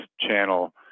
channel